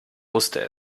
wusste